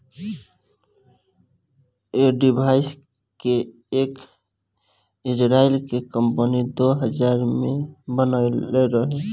ऐ डिवाइस के एक इजराइल के कम्पनी दो हजार एक में बनाइले रहे